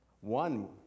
One